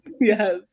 Yes